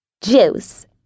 Juice